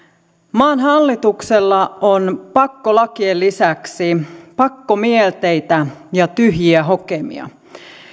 maan hallituksella on pakkolakien lisäksi pakkomielteitä ja tyhjiä hokemia